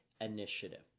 initiative